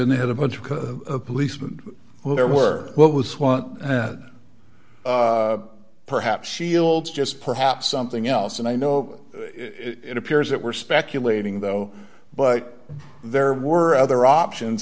then they had a bunch of policeman who were what was one perhaps shields just perhaps something else and i know it appears that we're speculating though but there were other options